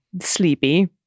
sleepy